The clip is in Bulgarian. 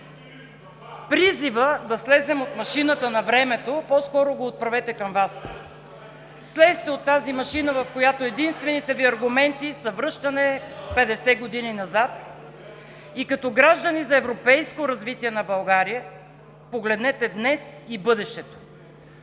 Призивът да слезем от машината на времето по-скоро го отправете към Вас! Слезте от тази машина, в която единствените Ви аргументи са връщане 50 години назад и като граждани за европейско развитие на България погледнете днес и бъдещето!